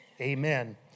Amen